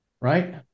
right